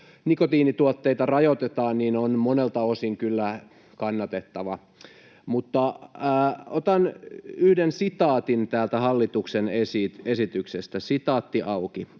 nikotiinituotteita rajoitetaan, on monelta osin kyllä kannatettava. Mutta otan yhden sitaatin täältä hallituksen esityksestä. ”Esityksen